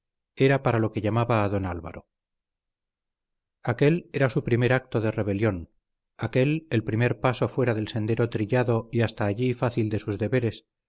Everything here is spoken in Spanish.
era para lo que llamaba a don álvaro aquel era su primer acto de rebelión aquel el primer paso fuera del sendero trillado y hasta allí fácil de sus deberes